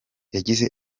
yagize